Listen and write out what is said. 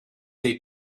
they